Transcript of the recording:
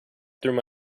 through